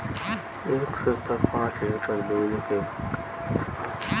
एह सप्ताह पाँच लीटर दुध के का किमत ह?